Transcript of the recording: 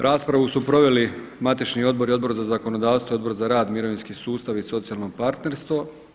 Raspravu su proveli matični odbor i Odbor za zakonodavstvo i Odbor za rad, mirovinski sustav i socijalno partnerstvo.